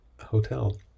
hotel